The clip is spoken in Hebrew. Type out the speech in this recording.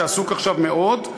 שעסוק עכשיו מאוד,